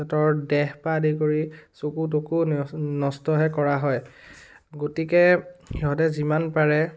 সিহঁতৰ দেহ পৰা আদি কৰি চকু তকু ন নষ্টহে কৰা হয় গতিকে সিহঁতে যিমান পাৰে